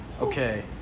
Okay